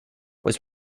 was